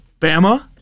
Bama